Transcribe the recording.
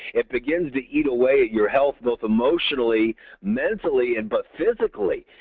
it begins to eat away at your health both emotionally mentally and but physically.